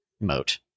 moat